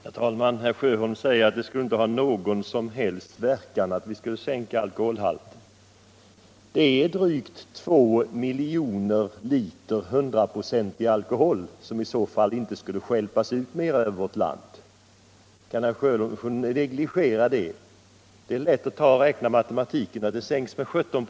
Herr talman! Herr Sjöholm sade att det inte skulle ha någon som helst verkan att sänka alkoholhalten. Men det är drygt 2 miljoner liter 100 procentig alkohol som i så fall inte stjälps ut över vårt land. Kan herr Sjöholm negligera det? Det är lätt att med enkel matematik räkna ut, att konsumtionen sänks med 17 ”.